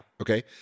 Okay